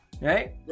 right